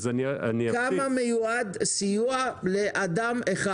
כמה סיוע מיועד לאדם אחד?